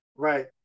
Right